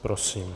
Prosím.